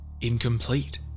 incomplete